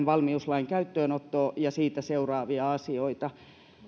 valmiuslain käyttöönottoa ja siitä seuraavia asioita